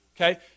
okay